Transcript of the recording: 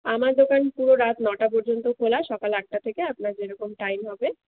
আমার দোকান পুরো রাত নটা পর্যন্ত খোলা সকাল আটটা থেকে আপনার যেরকম টাইম হবে